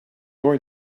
going